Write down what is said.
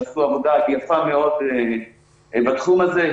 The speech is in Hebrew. שעשו עבודה יפה מאוד בתחום הזה,